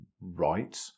right